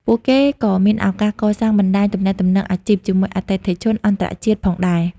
ពួកគេក៏មានឱកាសកសាងបណ្តាញទំនាក់ទំនងអាជីពជាមួយអតិថិជនអន្តរជាតិផងដែរ។